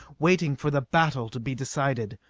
waiting for the battle to be decided.